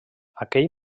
aquell